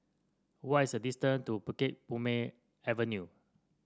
what is the distance to Bukit Purmei Avenue